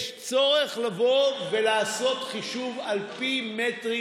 יש צורך לבוא ולעשות חישוב על פי מטרים,